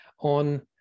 on